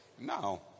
No